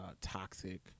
toxic